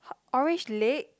orange leg